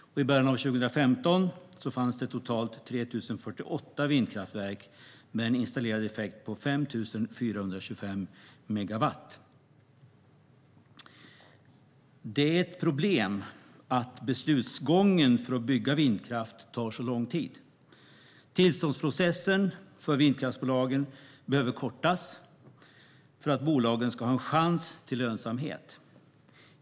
I början av 2015 fanns det totalt 3 048 vindkraftverk med en installerad effekt på 5 425 megawatt. Det är ett problem att beslutsgången för att bygga vindkraft tar så lång tid. Tillståndsprocessen för vindkraftsbolagen behöver kortas för att bolagen ska ha en chans till lönsamhet.